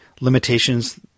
limitations